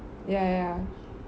ya ya